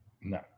No